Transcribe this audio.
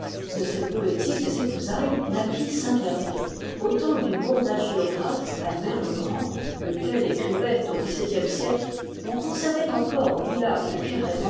ces poétiques épousailles naquit saint hervé au temps du bon hagiographe albert legrand lequel écrivait au dix-septième siècle on conservait encore au village de